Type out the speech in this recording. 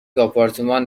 آپارتمان